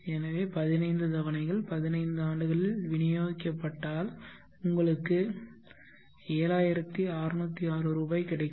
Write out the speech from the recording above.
எனவே 15 தவணைகள் பதினைந்து ஆண்டுகளில் விநியோகிக்கப்பட்டால் உங்களுக்கு 7606 ரூபாய் கிடைக்கும்